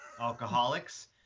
alcoholics